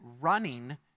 running